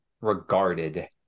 regarded